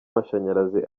amashanyarazi